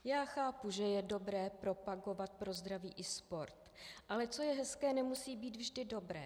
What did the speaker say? Já chápu, že je dobré propagovat pro zdraví i sport, ale co je hezké, nemusí být vždy dobré.